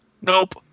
Nope